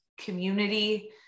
community